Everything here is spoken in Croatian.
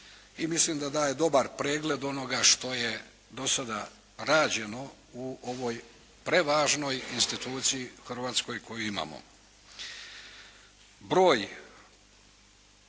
i mislim da daje dobar pregled onoga što je do sada rađeno u ovoj prevažnoj instituciji hrvatskoj koju imamo. Broj